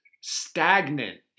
stagnant